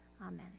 Amen